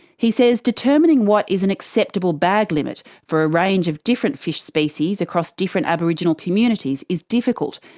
he says determining what is an acceptable bag limit for a range of different fish species across different aboriginal communities is difficult,